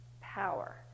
Power